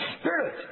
Spirit